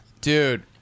Dude